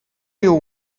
you